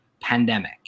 Pandemic